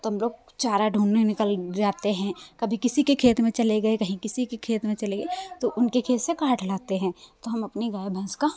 तो हम लोग चारा ढूँढने निकल जाते हैं कभी किसी के खेत में चले गए कहीं किसी के खेत में चले गए तो उनके खेत से काट लाते हैं तो हम अपने गाय भैंस का